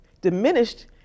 diminished